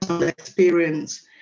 experience